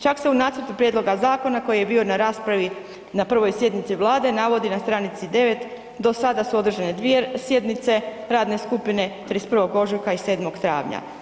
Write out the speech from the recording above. Čak se u nacrtu prijedloga zakona koji je bio na raspravi na 1. sjednici Vlade navodi na stranici 9 – do sada su održane dvije sjednice radne skupine 31. ožujka i 7. travnja.